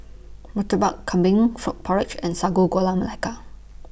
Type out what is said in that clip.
Murtabak Kambing Frog Porridge and Sago Gula Melaka